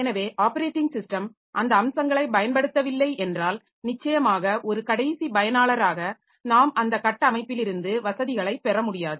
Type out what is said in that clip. எனவே operating system அந்த அம்சங்களை பயன்படுத்தவில்லை என்றால் நிச்சயமாக ஒரு கடைசி பயனாளராக நாம் அந்த கட்டமைப்பிலிருந்து வசதிகளைப் பெற முடியாது